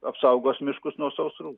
apsaugos miškus nuo sausrų